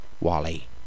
Wally